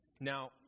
Now